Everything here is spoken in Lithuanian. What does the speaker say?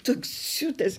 toks siutas